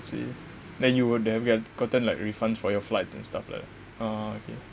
see then you would have ya gotten like refunds for your flight and stuff lah ah okay